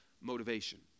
motivation